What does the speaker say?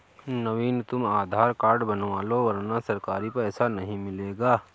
नवनीत तुम आधार कार्ड बनवा लो वरना सरकारी पैसा नहीं मिलेगा